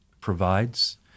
provides